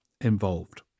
involved